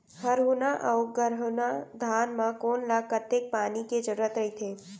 हरहुना अऊ गरहुना धान म कोन ला कतेक पानी के जरूरत रहिथे?